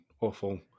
awful